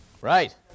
Right